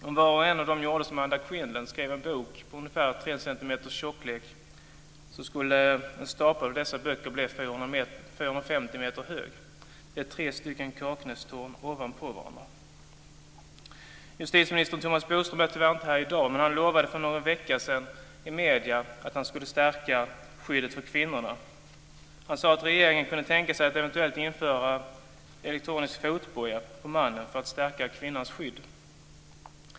Om var och en av dem gjorde som Anna Quindlen och skrev en bok som är ungefär tre centimeter tjock så skulle en stapel av dessa böcker bli 450 meter hög. Det är tre Kaknästorn ovanpå varandra. Justitieminister Thomas Bodström är tyvärr inte här i dag, men han lovade för någon vecka sedan i medierna att skulle stärka skyddet för kvinnorna. Han sa att regeringen kunde tänka sig att eventuellt införa elektronisk fotboja på mannen för att stärka kvinnans skydd.